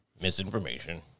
Misinformation